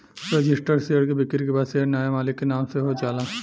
registered share के बिक्री के बाद शेयर नाया मालिक के नाम से हो जाला